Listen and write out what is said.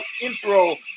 Intro